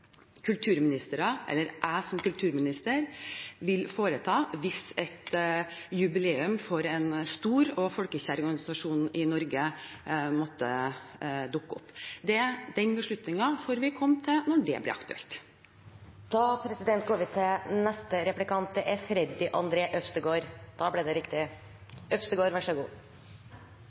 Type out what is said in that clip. kulturministere eller jeg som kulturminister vil foreta hvis et jubileum for en stor og folkekjær organisasjon i Norge måtte dukke opp. Den beslutningen får vi komme til når det blir aktuelt. Vi kan legge merke til i statsrådens begrunnelse at det